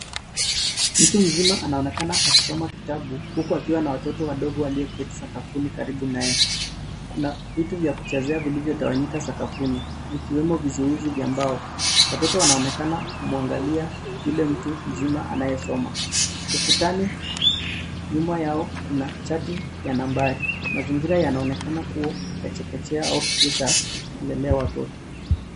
Mtu mzima anaonekana akisoma kitabu, huku akiwa na watoto wadogo walioketi sakafuni karibu yake. Kuna vitu vya kuchezea vilivyotawanyika sakafuni vikiwemo vizuizi vya mbao. Watoto wanaonekana kumuangalia yule mtu mzima anayesoma. Ukutani nyuma yao kuna chati ya nambari. Mazingira yanaonekana kuwa ya chekechea au kituo cha kulelea watoto.